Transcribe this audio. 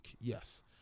Yes